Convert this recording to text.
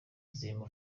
zirimo